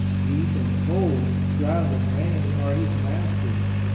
heat and cold, drought and rain, are his masters.